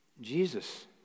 Jesus